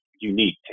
unique